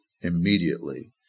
immediately